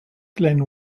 glen